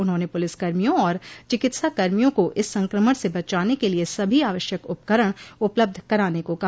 उन्होंने पुलिस कर्मियों और चिकित्साकर्मियों को इस संक्रमण से बचाने के लिये सभी आवश्यक उपकरण उपलब्ध कराने को कहा